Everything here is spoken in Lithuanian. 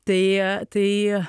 tai tai